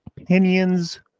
opinions